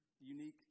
unique